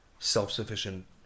self-sufficient